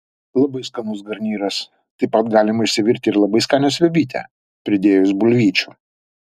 labai skanus garnyras taip pat galima išsivirti ir labai skanią sriubytę pridėjus bulvyčių